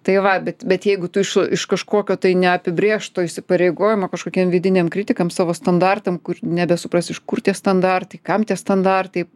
tai va bet bet jeigu tu iš iš kažkokio tai neapibrėžto įsipareigojimo kažkokiem vidiniam kritikams savo standartam kur nebesuprasi iš kur tie standartai kam tie standartai